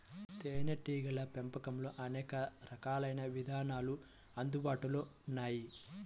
తేనీటీగల పెంపకంలో అనేక రకాలైన విధానాలు అందుబాటులో ఉన్నాయి